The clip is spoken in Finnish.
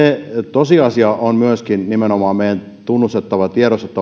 tosiasia on myöskin nimenomaan meidän jokaisen tunnustettava